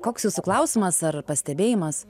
koks jūsų klausimas ar pastebėjimas